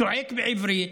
צועק בעברית,